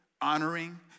Honoring